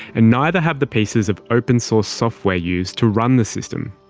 and neither have the pieces of open-source software used to run the system.